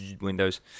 windows